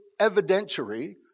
evidentiary